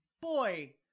Boy